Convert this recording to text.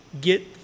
get